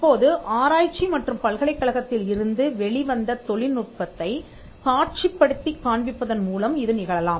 இப்போது ஆராய்ச்சி மற்றும் பல்கலைக்கழகத்தில் இருந்து வெளிவந்த தொழில்நுட்பத்தைக் காட்சிப்படுத்தி காண்பிப்பதன் மூலம் இது நிகழலாம்